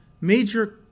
major